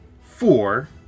Four